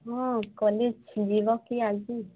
ହଁ କଲେଜ ଯିବ କି ଆଜି